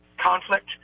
conflict